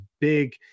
big